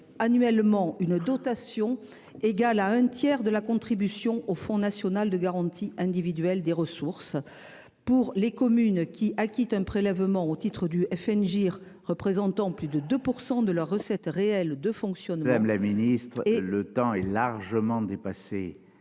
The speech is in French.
Annuellement une dotation égale à un tiers de la contribution au Fonds national de garantie individuelle des ressources pour les communes qui acquitte un prélèvement au titre du FNE GIR représentant plus de 2% de leur recettes réelles de fond. Même la ministre et le temps est largement dépassé